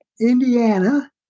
Indiana